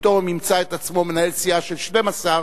ופתאום ימצא את עצמו מנהל סיעה של 12,